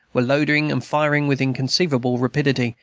were loading and firing with inconceivable rapidity,